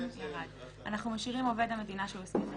נלבן את זה לקראת --- אנחנו משאירים "עובד המדינה שהוא הסמיך לכך".